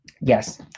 Yes